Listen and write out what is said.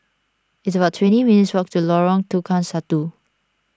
it's about twenty minutes' walk to Lorong Tukang Satu